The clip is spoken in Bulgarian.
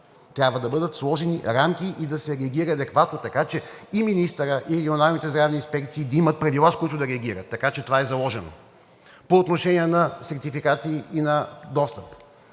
Трябва да бъдат сложени рамки и да се реагира адекватно, така че и министърът, и регионалните здравни инспекции да имат правила, с които да реагират, така че това е заложено. По отношение на сертификати и на достъп.